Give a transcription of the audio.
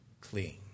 clean